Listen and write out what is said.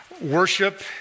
worship